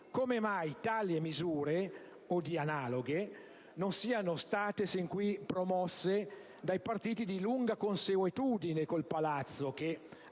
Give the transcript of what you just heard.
come mai tali misure, o analoghe, non siano state sin qui promosse da partiti di lunga consuetudine col Palazzo che,